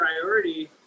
priority